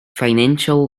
financial